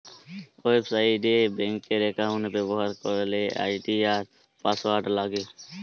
website এ ব্যাংকার account ব্যবহার করলে আই.ডি আর পাসওয়ার্ড লাগে